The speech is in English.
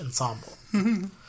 ensemble